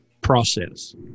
process